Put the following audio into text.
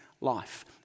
life